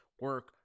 Work